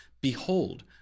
Behold